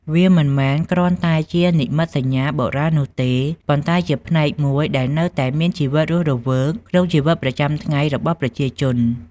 វាមិនមែនគ្រាន់តែជានិមិត្តសញ្ញាបុរាណនោះទេ ប៉ុន្តែជាផ្នែកមួយដែលនៅតែមានជីវិតរស់រវើកក្នុងជីវិតប្រចាំថ្ងៃរបស់ប្រជាជន។